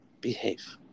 Behave